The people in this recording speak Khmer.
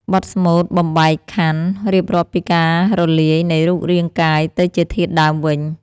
បទស្មូតបំបែកខន្ធ រៀបរាប់ពីការរលាយនៃរូបរាងកាយទៅជាធាតុដើមវិញ។